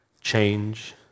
change